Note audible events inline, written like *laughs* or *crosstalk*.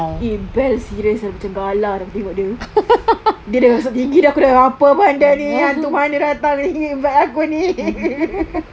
eh belle serious macam galah aku tengok dia *laughs* dia dengan kasut tinggi dia aku dah apa benda ni hantu mana datang ni beg aku ni *laughs*